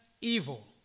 evil